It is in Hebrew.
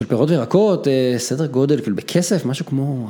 פירות וירקות, סדר גודל בכסף, משהו כמו.